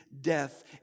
death